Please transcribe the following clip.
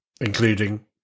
including